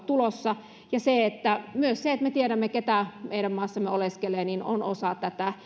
tulossa ja myös se että me tiedämme keitä meidän maassamme oleskelee on osa tätä